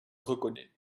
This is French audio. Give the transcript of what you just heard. reconnais